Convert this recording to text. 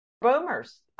Boomers